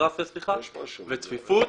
טופוגרפיה וצפיפות.